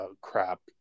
crap